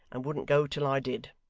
and wouldn't go till i did